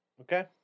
Okay